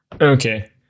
Okay